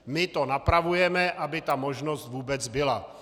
My to napravujeme, aby ta možnost vůbec byla.